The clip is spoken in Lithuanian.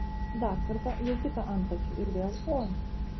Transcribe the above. dar kartą jau kitą antakį ir vėl oi